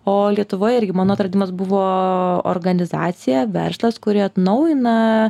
o lietuvoje irgi mano atradimas buvo organizacija verslas kuri atnaujina